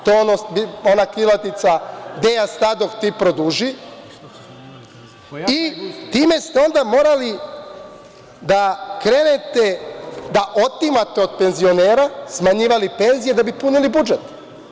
To je ona krilatica – gde ja stadoh, ti produži i time ste onda morali da krenete da otimate od penzionera, smanjivali penzije da bi punili budžet.